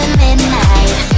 midnight